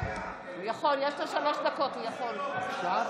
אתה נמצא פה כבר חצי שנה,